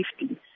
safety